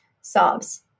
sobs